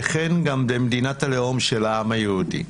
וכן גם במדינת הלאום של העם היהודי.